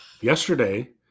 Yesterday